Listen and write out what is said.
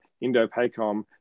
Indo-PACOM